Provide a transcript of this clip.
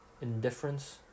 indifference